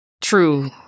True